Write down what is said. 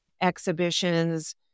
exhibitions